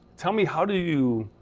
tell me how do,